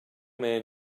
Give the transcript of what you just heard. man